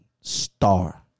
star